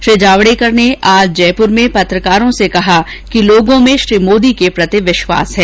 श्री जावडेकर ने आज जयपुर में पत्रकारों से कहा कि लोगों में श्री मोदी के प्रति विश्वास है